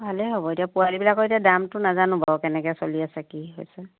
ভালেই হ'ব এতিয়া পোৱালিবিলাকৰ এতিয়া দামটো নাজানো বাৰু কেনেকে চলি আছে কি হৈছে